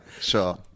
sure